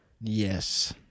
Yes